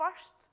first